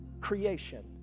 creation